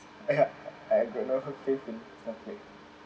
!aiya! I got no face to